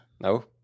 No